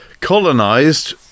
Colonized